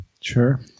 Sure